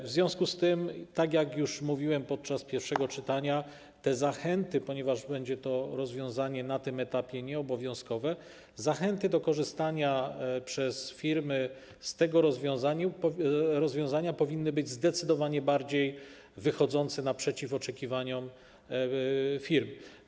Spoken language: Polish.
W związku z tym, tak jak już mówiłem podczas pierwszego czytania, zachęty - ponieważ będzie to rozwiązanie na tym etapie nieobowiązkowe - do korzystania przez firmy z tego rozwiązania powinny zdecydowanie bardziej wychodzić naprzeciw oczekiwaniom firm.